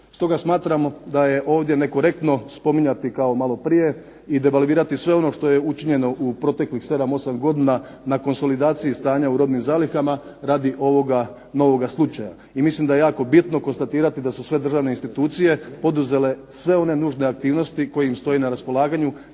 Stoga smatramo da je ovdje nekorektno spominjati kao malo prije i devalvirati sve ono što je učinjeno u proteklih sedam, osam godina na konsolidaciji stanja u robnim zalihama radi ovoga novoga slučaja. I mislim da je jako bitno konstatirati da su sve državne institucije poduzele sve one nužne aktivnosti koje im stoje na raspolaganju